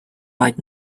right